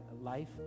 life